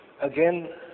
Again